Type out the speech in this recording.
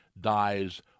dies